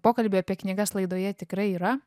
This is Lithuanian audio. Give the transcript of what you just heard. pokalbį apie knygas laidoje tikrai yra